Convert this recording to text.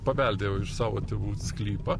paveldėjau iš savo tėvų sklypą